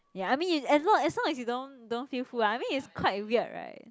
ya I mean as long as long as you don't don't feel full ah I mean it's quite weird right